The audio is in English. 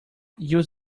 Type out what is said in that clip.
use